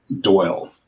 doyle